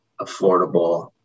affordable